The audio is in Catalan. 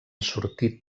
sortir